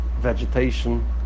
vegetation